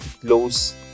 close